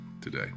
today